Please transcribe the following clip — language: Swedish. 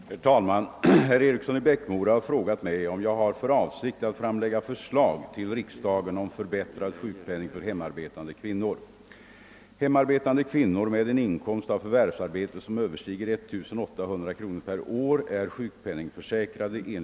Herr talman! Herr Eriksson i Bäckmora har frågat mig om jag har för avsikt att framlägga förslag till riksdagen om förbättrad sjukpenning för hemarbetande kvinnor.